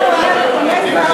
מה השתכנעתם?